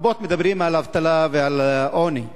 רבות מדברים על אבטלה ועל עוני.